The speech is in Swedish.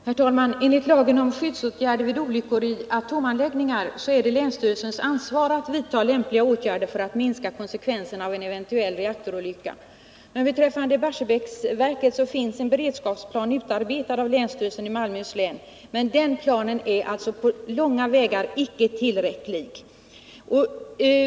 Herr talman! Enligt lagen om skyddsåtgärder vid olyckor i atomanläggningar är det länsstyrelsens ansvar att vidta lämpliga åtgärder för att minska konsekvenserna av en eventuell reaktorolycka. Vad beträffar Barsebäcksverket finns det en beredskapsplan utarbetad av länsstyrelsen i Malmöhus län, men den planen är alltså inte på långa vägar tillräcklig.